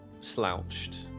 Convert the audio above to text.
slouched